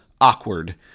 awkward